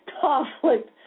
conflict